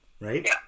right